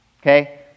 Okay